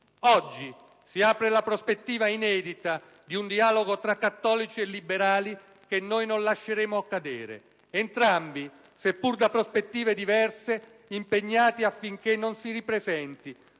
Oggi, si apre la prospettiva inedita di un dialogo tra cattolici e liberali, che non lasceremo cadere: entrambi, seppure da prospettive diverse, impegnati affinché non si ripresenti